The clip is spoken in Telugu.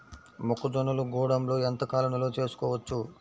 మొక్క జొన్నలు గూడంలో ఎంత కాలం నిల్వ చేసుకోవచ్చు?